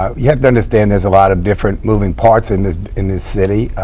um you have to understand there's a lot of different moving parts in this in this city.